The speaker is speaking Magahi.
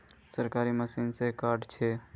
सरकारी मशीन से कार्ड छै?